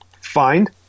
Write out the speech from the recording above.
find